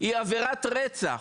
היא עבירת רצח.